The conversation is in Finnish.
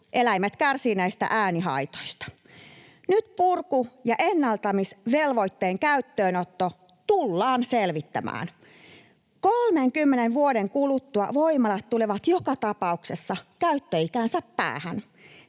eläimet kärsivät näistä äänihaitoista. Nyt purku- ja ennallistamisvelvoitteen käyttöönotto tullaan selvittämään. 30 vuoden kuluttua voimalat tulevat joka tapauksessa käyttöikänsä päähän.